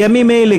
בימים אלה,